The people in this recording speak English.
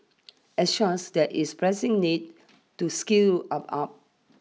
as such there is a pressing need to skill up up